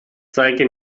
zeige